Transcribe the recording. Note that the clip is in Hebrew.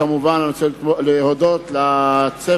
אני רוצה כמובן להודות לצוות